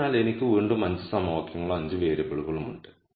അതിനാൽ എനിക്ക് വീണ്ടും 5 സമവാക്യങ്ങളും 5 വേരിയബിളുകളും ഉണ്ട്